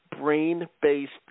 brain-based